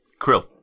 Krill